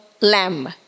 lamb